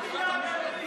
אל תדאג, גם אני נשאר.